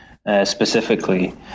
Specifically